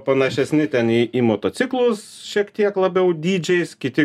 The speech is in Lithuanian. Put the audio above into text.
panašesni ten į į motociklus šiek tiek labiau dydžiais kiti